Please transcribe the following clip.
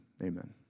amen